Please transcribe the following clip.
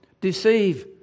deceive